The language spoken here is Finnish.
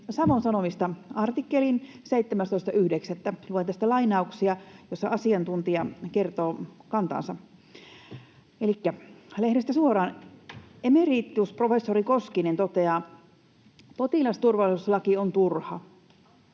Savon Sanomista artikkelin 17.9. Luen tästä lainauksia, joissa asiantuntija kertoo kantaansa. Elikkä lehdestä suoraan, emeritusprofessori Koskinen toteaa, että potilasturvallisuuslaki on turha: